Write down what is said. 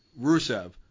Rusev